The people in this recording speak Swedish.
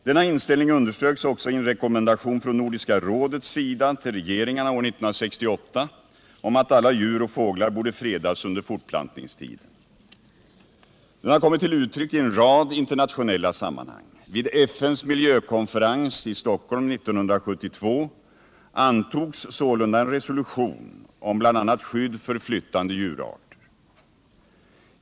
Denna inställning underströks också i en rekommendation från Nordiska rådet till regeringarna år 1968 om att alla djur och fåglar borde fredas under fortplantningstiden. Den har kommit till uttryck i en rad andra internationella sammanhang. Vid FN:s miljökonferens i Stockholm 1972 antogs sålunda en resolution om bl.a. skydd för flyttande djurarter.